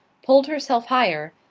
pulled herself higher,